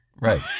right